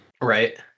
right